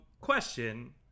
Question